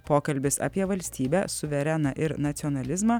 pokalbis apie valstybę suvereną ir nacionalizmą